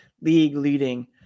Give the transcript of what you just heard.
league-leading